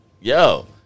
yo